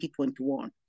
2021